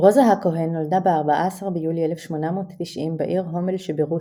רוזה הכהן נולדה ב-14 ביולי 1890 בעיר הומל שברוסיה,